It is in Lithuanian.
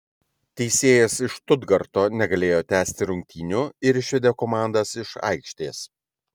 teisėjas iš štutgarto negalėjo tęsti rungtynių ir išvedė komandas iš aikštės